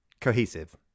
cohesive